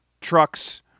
trucks